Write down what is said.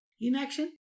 Inaction